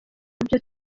ibyo